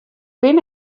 bin